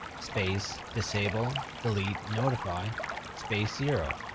space, disabledeletenotify space, zero,